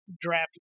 draft